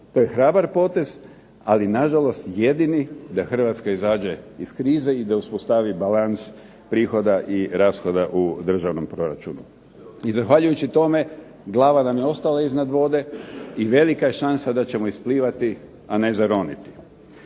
To je hrabar potez, ali na žalost jedini da Hrvatska izađe iz krize i da uspostavi balans prihoda i rashoda u državnom proračunu. I zahvaljujući tome glava nam je ostala iznad vode i velika je šansa da ćemo isplivati, a ne zaroniti.